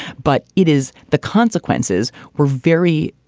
but it is the consequences were very,